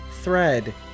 thread